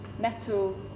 metal